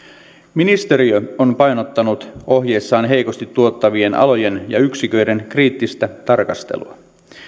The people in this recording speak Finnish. ministeriö on painottanut ohjeessaan heikosti tuottavien alojen ja yksiköiden kriittistä tarkastelua